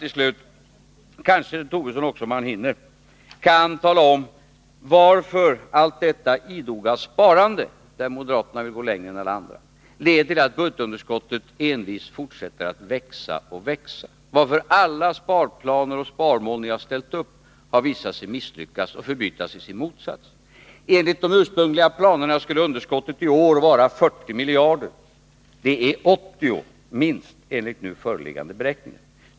Till sist: Kanske herr Tobisson också, om han hinner, kan tala om varför allt detta idoga sparande, där moderaterna vill gå längre än alla andra, leder till att budgetunderskottet envist fortsätter att växa och växa, varför alla sparplaner och sparmål som ni har ställt upp har visat sig misslyckas och förbytas i sin motsats. Enligt de ursprungliga planerna skulle underskottet i år vara 40 miljarder. Det är minst 80 miljarder enligt nu föreliggande beräkningar.